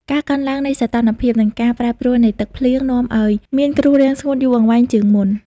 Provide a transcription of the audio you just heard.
ការកើនឡើងនៃសីតុណ្ហភាព និងការប្រែប្រួលនៃទឹកភ្លៀងនាំឱ្យមានគ្រោះរាំងស្ងួតយូរអង្វែងជាងមុន។